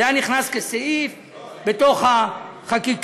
זה היה נכנס כסעיף בתוך החקיקה.